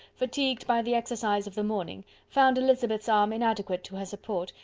fatigued by the exercise of the morning, found elizabeth's arm inadequate to her support,